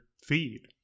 feed